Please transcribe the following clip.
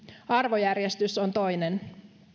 arvojärjestys on toinen